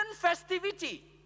festivity